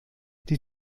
die